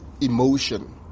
emotion